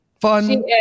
fun